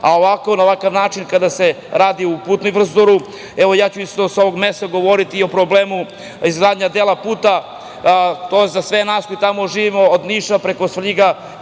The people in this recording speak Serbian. a na ovakav način kada se radi o putnoj infrastrukturi, evo ja ću sa ovog mesta govoriti i o problemu izgradnje dela puta, to je za sve nas koji tamo živimo, od Niša, preko Svrljiga,